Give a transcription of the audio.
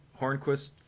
Hornquist